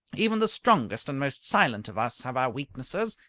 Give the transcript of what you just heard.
even the strongest and most silent of us have our weaknesses,